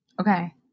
okay